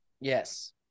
Yes